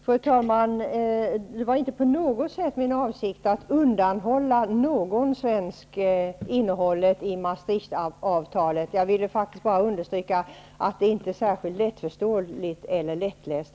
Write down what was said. Fru talman! Det var inte på något sätt min avsikt att undanhålla någon svensk innehållet i Maastrichtavtalet. Jag ville faktiskt bara understryka att det inte är särskilt vare sig lättförståeligt eller lättläst.